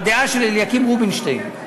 הדעה של אליקים רובינשטיין.